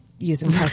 using